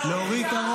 --- בערבית,